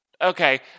Okay